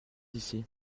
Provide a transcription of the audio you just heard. ici